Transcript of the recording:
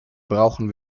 brauchen